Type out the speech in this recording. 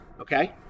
okay